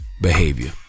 behavior